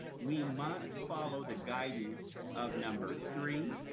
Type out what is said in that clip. we must follow the guidance of numbers three,